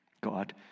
God